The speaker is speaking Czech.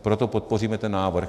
Proto podpoříme ten návrh.